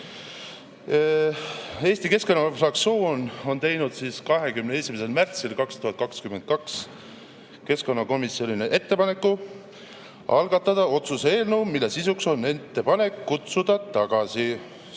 Eesti Keskerakonna fraktsioon on teinud 21. märtsil 2022 keskkonnakomisjonile ettepaneku algatada otsuse eelnõu, mille sisuks on ettepanek kutsuda tagasi